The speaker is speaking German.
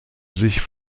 sich